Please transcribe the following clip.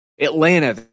Atlanta